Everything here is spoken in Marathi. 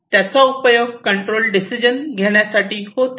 त्याचा उपयोग कंट्रोल डिसिजन घेण्यासाठी होतो